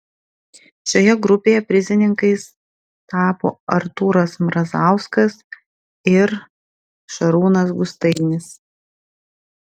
šioje grupėje prizininkais tapo artūras mrazauskas ir šarūnas gustainis